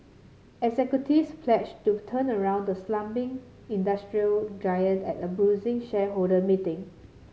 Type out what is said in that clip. executives pledged to turn around the slumping industrial giant at a bruising shareholder meeting